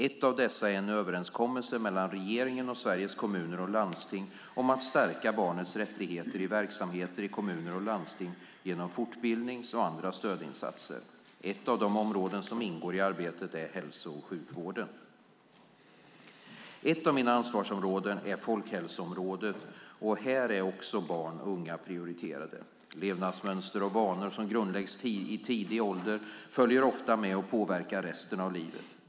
Ett av dessa är en överenskommelse mellan regeringen och Sveriges Kommuner och Landsting om att stärka barnets rättigheter i verksamheter i kommuner och landsting genom fortbildning och andra stödinsatser. Ett av de områden som ingår i arbetet är hälso och sjukvården. Ett av mina ansvarsområden är folkhälsoområdet, och här är också barn och unga prioriterade. Levnadsmönster och vanor som grundläggs i tidig ålder följer ofta med och påverkar resten av livet.